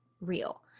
real